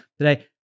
today